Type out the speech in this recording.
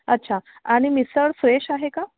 अच्छा आणि मिसळ फ्रेश आहे का